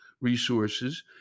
resources